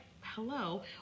hello